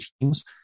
teams